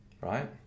right